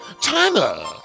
China